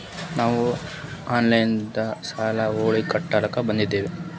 ನಾವು ಆನಲೈನದಾಗು ಸಾಲ ಹೊಳ್ಳಿ ಕಟ್ಕೋಲಕ್ಕ ಬರ್ತದ್ರಿ?